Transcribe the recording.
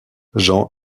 jean